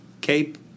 Cape